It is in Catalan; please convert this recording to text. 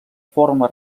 forma